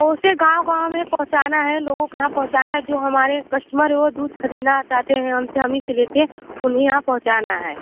उसे गाँव गाँव में पहुँचाना है लोगों के यहाँ पहुँचाना है जो हमारे कस्टमर हैं वो दूध ख़रीदना चाहते हैं हम से हम ही से लेते है उन्हीं यहाँ पहुँचना है